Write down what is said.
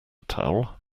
towel